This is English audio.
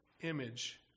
image